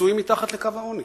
חיים מתחת לקו העוני.